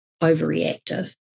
overreactive